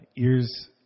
ears